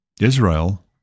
Israel